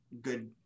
good